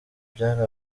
byari